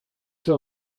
czy